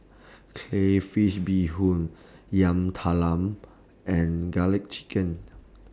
Crayfish Beehoon Yam Talam and Garlic Chicken